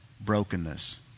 Brokenness